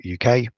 uk